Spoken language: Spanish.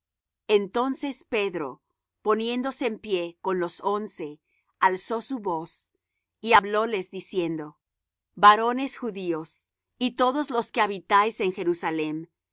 entonces pedro poniéndose en pie con los once alzó su voz y hablóles diciendo varones judíos y todos los que habitáis en jerusalem